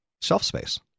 self-space